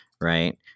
Right